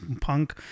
punk